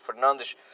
Fernandes